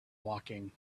woking